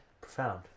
Profound